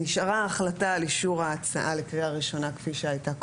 נשארה ההחלטה על אישור ההצעה לקריאה ראשונה כפי שהייתה קודם.